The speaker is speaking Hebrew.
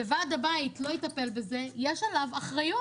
וועד הבית לא יטפל בזה, יש עליו אחריות.